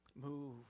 Move